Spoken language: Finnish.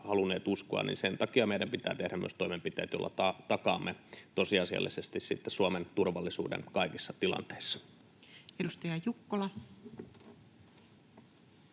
halunneet uskoa. Sen takia meidän pitää tehdä myös toimenpiteet, joilla takaamme tosiasiallisesti Suomen turvallisuuden kaikissa tilanteissa. [Speech 67]